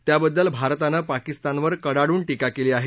त्याबद्दल भारतानं पाकिस्तानवर कडाडून ींका केली आहे